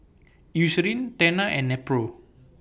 Eucerin Tena and Nepro